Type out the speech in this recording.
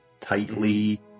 tightly